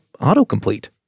autocomplete